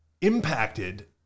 impacted